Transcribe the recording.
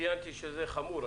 שזה חמור.